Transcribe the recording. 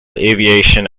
aviation